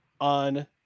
on